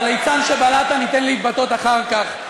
לליצן שבלעת ניתן להתבטא אחר כך.